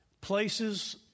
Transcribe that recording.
places